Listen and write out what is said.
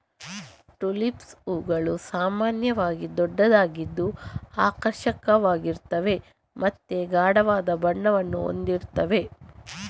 tulips ಹೂವುಗಳು ಸಾಮಾನ್ಯವಾಗಿ ದೊಡ್ಡದಾಗಿದ್ದು ಆಕರ್ಷಕವಾಗಿರ್ತವೆ ಮತ್ತೆ ಗಾಢವಾದ ಬಣ್ಣವನ್ನ ಹೊಂದಿರ್ತವೆ